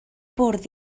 bwrdd